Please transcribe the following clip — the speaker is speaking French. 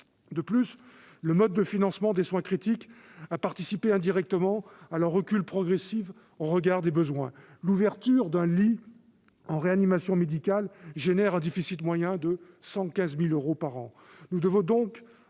De plus, le mode de financement des soins critiques a participé indirectement à leur recul progressif au regard des besoins. L'ouverture d'un lit en réanimation médicale suscite un déficit moyen de 115 000 euros par an.